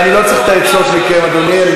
ואני לא צריך את העצות מכם, אדוני.